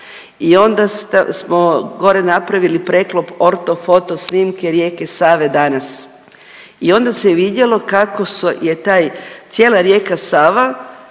i onda smo gore napravili preklop orto foto snimke rijeke Save danas. I onda se vidjelo kako je taj, cijela rijeka Sava